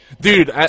Dude